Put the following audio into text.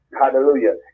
Hallelujah